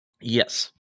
yes